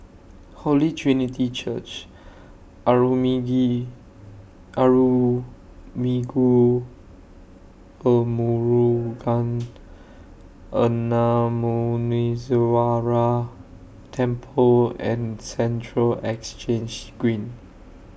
Holy Trinity Church Arulmigu Velmurugan Gnanamuneeswarar Temple and Central Exchange Green